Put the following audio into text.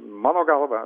mano galva